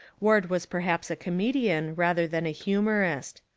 ward was perhaps a comedian rather than a humorist.